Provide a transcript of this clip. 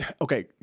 Okay